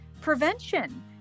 prevention